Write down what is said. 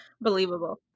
Believable